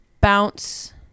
bounce